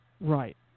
Right